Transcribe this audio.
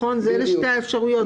אלה שתי האפשרויות.